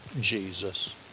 Jesus